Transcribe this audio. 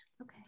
Okay